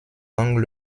langues